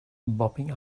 bobbing